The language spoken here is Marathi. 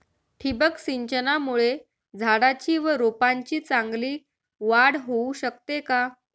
ठिबक सिंचनामुळे झाडाची व रोपांची चांगली वाढ होऊ शकते का?